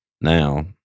now